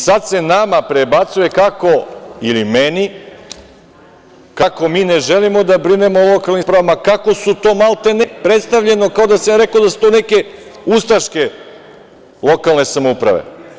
Sad se nama prebacuje, ili meni, kako mi ne želimo da brinemo o lokalnim samoupravama, kako su to maltene, predstavljeno je kao da sam ja rekao da su to neke ustaške lokalne samouprave.